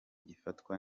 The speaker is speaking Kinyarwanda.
gifatwa